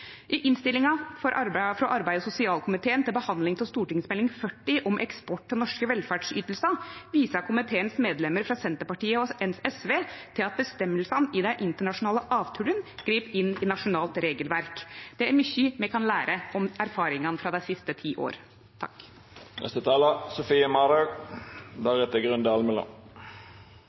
I innstillinga frå arbeids- og sosialkomiteen til behandling av Meld. St. 40 for 2016–2017, Eksport av norske velferdsytingar, viser komiteens medlemer frå Senterpartiet og SV til at føresegnene i dei internasjonale avtalene grip inn i nasjonalt regelverk. Det er mykje me kan lære om erfaringane frå dei siste ti